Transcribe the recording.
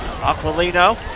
Aquilino